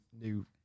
new